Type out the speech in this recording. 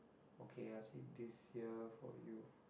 okay I will see this year for you